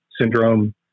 syndrome